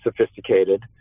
sophisticated